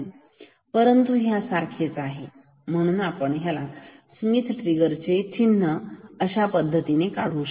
परंतु ह्या सारखेच म्हणूनच आपण स्मिथ ट्रिगर चे चिन्ह मध्ये असे काढतो